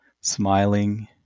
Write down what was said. smiling